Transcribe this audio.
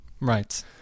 Right